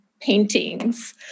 paintings